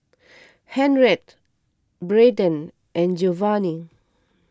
Henriette Brayden and Geovanni